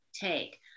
take